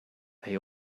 they